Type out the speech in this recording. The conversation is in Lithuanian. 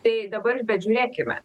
tai dabar bet žiūrėkime